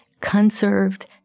conserved